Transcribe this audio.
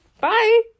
Bye